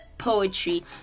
poetry